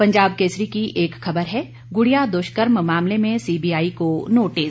पंजाब केसरी की एक खबर है गुड़िया दुष्कर्म मामले में सीबीआई को नोटिस